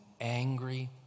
angry